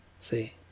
See